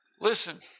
Listen